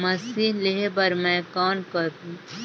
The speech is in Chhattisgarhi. मशीन लेहे बर मै कौन करहूं?